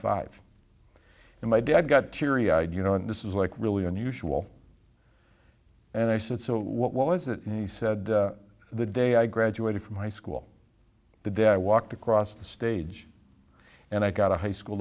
five and my dad got teary eyed you know and this is like really unusual and i said so what was it and he said the day i graduated from high school the day i walked across the stage and i got a high school